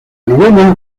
novena